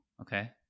okay